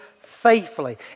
faithfully